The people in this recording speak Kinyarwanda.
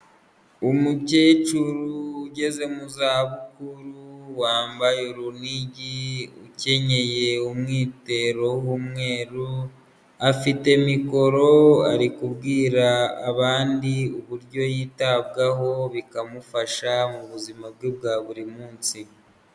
Umukecuru ugeze mu za bukuru wambaye urunigi ukenyeye umwitero w'umweru, afite mikoro ari kubwira abandi uburyo yitabwaho bikamufasha mu buzima bwe bwa buri munsi.